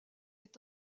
est